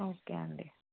okay అండి